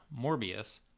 Morbius